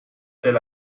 elle